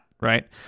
right